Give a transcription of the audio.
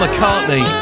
McCartney